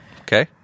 Okay